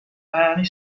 and